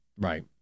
Right